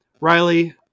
Riley